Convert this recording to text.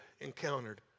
encountered